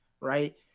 right